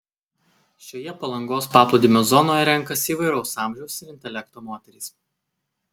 šioje palangos paplūdimio zonoje renkasi įvairaus amžiaus ir intelekto moterys